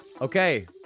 Okay